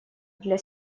для